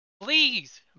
Please